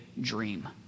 dream